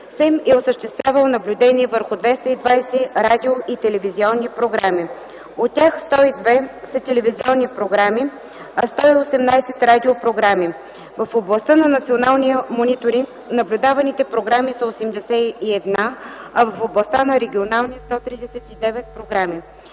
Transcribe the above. СЕМ е осъществявал наблюдение върху 220 радио- и телевизионни програми. От тях 102 са телевизионни програми, а 118 радиопрограми. В областта на националния мониторинг наблюдаваните програми са 81, а в областта на регионалния 139 програми.